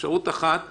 אפשרות אחת היא